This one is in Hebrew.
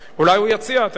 אולי הוא יציע, תיכף נשמע.